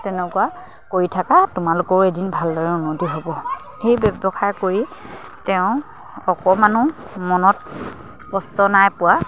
তেনেকুৱা কৰি থাকা তোমালোকৰো এদিন ভালদৰে উন্নতি হ'ব সেই ব্যৱসায় কৰি তেওঁ অকণমানো মনত কষ্ট নাই পোৱা